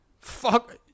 Fuck